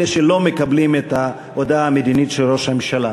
אלה שלא מקבלים את ההודעה המדינית של ראש הממשלה.